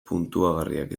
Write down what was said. puntuagarriak